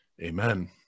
Amen